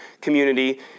community